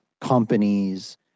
companies